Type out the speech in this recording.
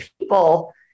people